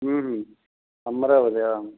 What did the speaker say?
అమ్రాబాదా